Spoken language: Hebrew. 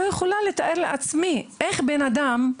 אני לא יכולה לתאר לעצמי איך בן אדם,